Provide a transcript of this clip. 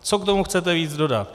Co k tomu chcete víc dodat?